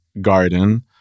garden